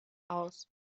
aus